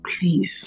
Please